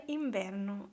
inverno